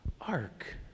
Ark